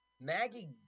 Maggie